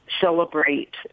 celebrate